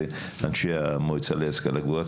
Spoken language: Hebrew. ואנשי המועצה להשכלה גבוהה,